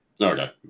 Okay